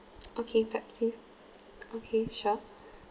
okay pepsi okay sure